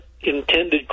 intended